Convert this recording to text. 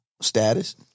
status